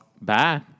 Bye